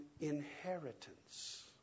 inheritance